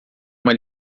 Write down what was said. uma